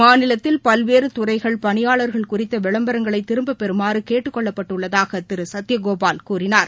மாநிலத்தில் உள்ள பல்வேறு துறைகள் பணியாளர்கள் குறித்த விளம்பரங்களை திரும்ப பெறுமாறு கேட்டுக்கொள்ளப்பட்டுள்ளதாக திரு சத்யகோபால் கூறினார்